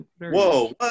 Whoa